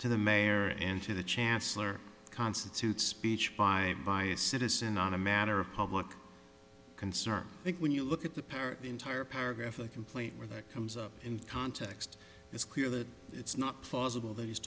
to the mayor and to the chancellor constitutes a speech by by a citizen on a matter of public concern i think when you look at the power entire paragraph of complaint where that comes up in context it's clear that it's not plausible that he's